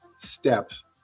steps